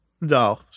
No